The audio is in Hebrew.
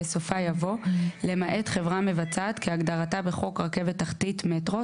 בסופה יבוא "למעט חברה מבצעת כהגדרתה בחוק רכבת תחתית (מטרו),